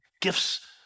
gifts